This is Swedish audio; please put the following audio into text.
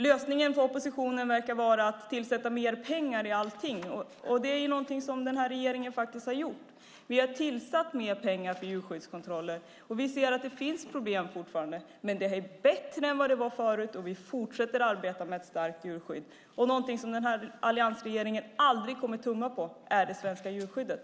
Lösningen för oppositionen verkar vara att avsätta mer pengar till allting, och det är någonting som den här regeringen har gjort. Vi har avsatt mer pengar till djurskyddskontroller, och vi ser att det finns problem fortfarande. Men det är bättre än vad det var förut, och vi fortsätter att arbeta med ett starkt djurskydd. Någonting som den här alliansregeringen aldrig kommer att tumma på är det svenska djurskyddet.